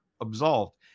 absolved